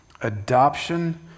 adoption